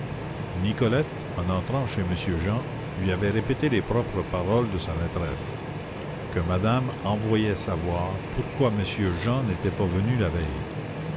nicolette en entrant chez monsieur jean lui avait répété les propres paroles de sa maîtresse que madame envoyait savoir pourquoi monsieur jean n'était pas venu la veille